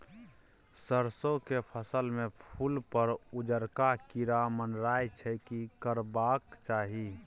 सरसो के फसल में फूल पर उजरका कीरा मंडराय छै की करबाक चाही?